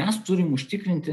mes turim užtikrinti